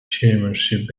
chairmanship